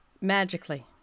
Magically